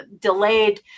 delayed